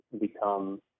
become